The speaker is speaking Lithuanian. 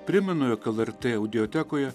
primenu jog el er tė audiotekoje